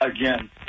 again